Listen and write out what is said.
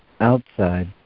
outside